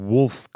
Wolf